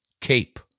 Cape